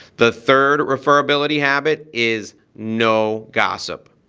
the third referability habit is no gossip.